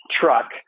truck